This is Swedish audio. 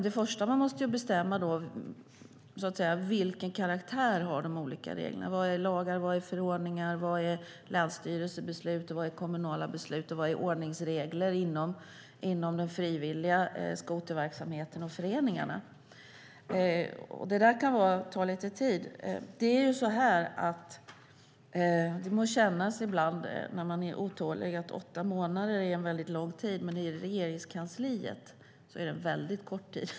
Det första man måste bestämma är vilken karaktär de olika reglerna har: Vad är lagar, vad är förordningar, vad är länsstyrelsebeslut, vad är kommunala beslut och vad är ordningsregler inom den frivilliga skoterverksamheten och föreningarna? Detta kan ta lite tid. Åtta månader må kännas som en väldigt lång tid när man är otålig, men i Regeringskansliet är det en väldigt kort tid.